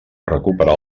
recuperar